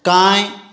कांय